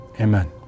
Amen